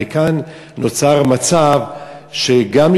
וכאן נוצר מצב שגם,